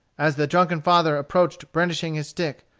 as the drunken father approached brandishing his stick,